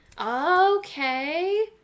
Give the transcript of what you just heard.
Okay